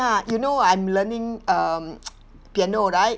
you know I'm learning um piano right